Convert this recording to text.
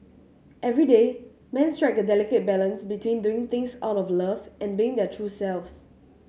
everyday men strike a delicate balance between doing things out of love and being their true selves